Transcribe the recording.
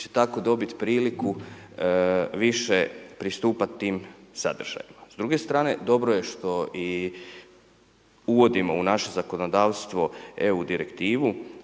će tako dobiti priliku više pristupati tim sadržajima. S druge strane, dobro je što i uvodimo u naše zakonodavstvo EU direktivu